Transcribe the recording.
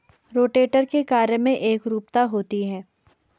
rotator के कार्य में एकरूपता होती है